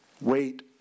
wait